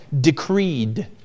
decreed